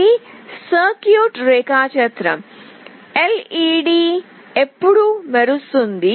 ఇది సర్క్యూట్ రేఖాచిత్రం ఎల్ఇడి ఎప్పుడు మెరుస్తుంది